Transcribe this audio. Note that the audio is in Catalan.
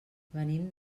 venim